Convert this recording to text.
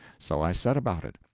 so i set about it,